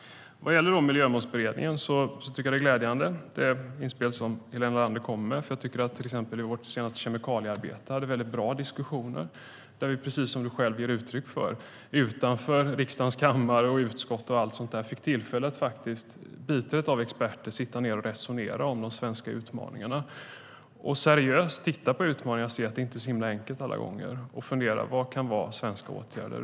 Vad gäller Miljömålsberedningen tycker jag att det inspel som Helena Leander kommer med är glädjande. Jag tycker att vi i vårt senaste kemikaliearbete hade mycket bra diskussioner. Precis som du själv ger uttryck för kunde vi utanför riksdagens kammare och utskott sitta ned och resonera med experter om de svenska utmaningarna och seriöst titta på dem, se att det inte alla gånger är så enkelt och fundera över vad som kan vara svenska åtgärder.